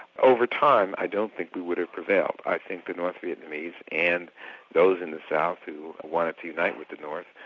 over time, i don't think we would have prevailed. i think the north vietnamese and those in the south who wanted to unite with the north,